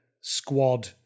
squad